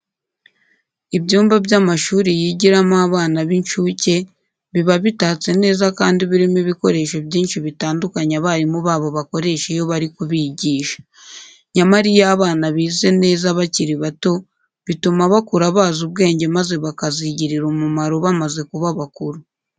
Ibyumba by'amashuri yigiramo abana b'incuke biba bitatse neza kandi birimo ibikoresho byinshi bitandukanye abarimu babo bakoresha iyo bari kubigisha. Nyamara iyo abana bize neza bakiri bato bituma bakura bazi ubwenge maze bakazigirira umumaro bamaze kuba bakuru.